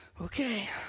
Okay